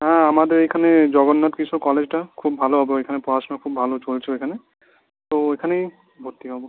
হ্যাঁ আমাদের এইখানে জগন্নাথ কিশোর কলেজটা খুব ভালো হবে ওইখানে পড়াশুনা খুব ভালো চলছে ওইখানে তো ওইখানেই ভর্তি হব